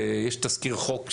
יש תזכיר חוק שמונח,